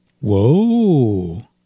Whoa